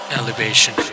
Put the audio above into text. elevation